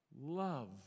love